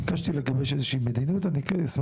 ביקשתי לגבש איזו שהיא מדיניות ואני אשמח